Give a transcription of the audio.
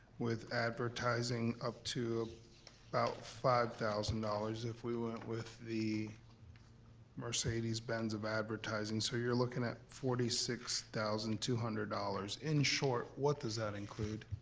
with advertising up to about five thousand dollars if we went with the mercedes benz of advertising, so you're looking at forty six thousand two hundred dollars. in short, what does that include?